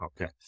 Okay